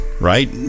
right